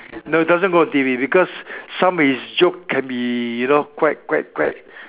no doesn't go on T_V because some of his jokes can be you know quite quite quite